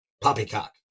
poppycock